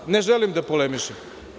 Ipak, ne želim da polemišem.